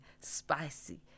spicy